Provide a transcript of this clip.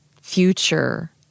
future